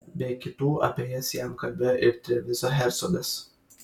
be kitų apie jas jam kalbėjo ir trevizo hercogas